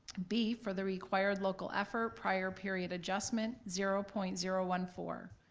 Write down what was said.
b, for the required local effort prior period adjustment, zero point zero one four.